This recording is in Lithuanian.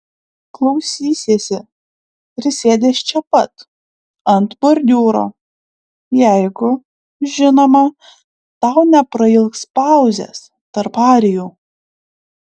klausysiesi prisėdęs čia pat ant bordiūro jeigu žinoma tau neprailgs pauzės tarp arijų